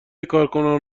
کارکنان